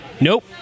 Nope